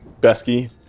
Besky